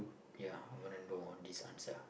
ya I want to know this answer